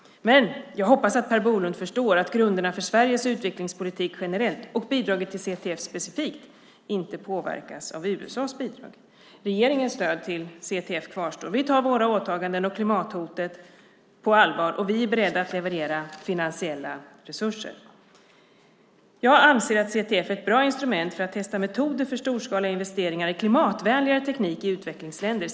Men jag hoppas att Per Bolund förstår att grunderna för Sveriges utvecklingspolitik generellt, och bidraget till CTF specifikt, inte påverkas av USA:s bidrag. Regeringens stöd till CTF kvarstår. Vi tar våra åtaganden och klimathotet på allvar, och vi är beredda att leverera finansiella resurser. Jag anser att CTF är ett bra instrument för att testa metoder för storskaliga investeringar i klimatvänligare teknik i utvecklingsländer.